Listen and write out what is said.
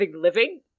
living